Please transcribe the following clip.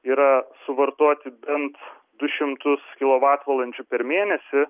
yra suvartoti bent du šimtus kilovatvalandžių per mėnesį